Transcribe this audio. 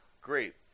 Great